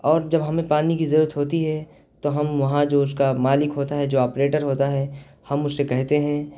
اور جب ہمیں پانی کی ضرورت ہوتی ہے تو ہم وہاں جو اس کا مالک ہوتا ہے جو آپریٹر ہوتا ہے ہم اس سے کہتے ہیں